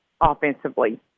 offensively